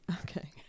Okay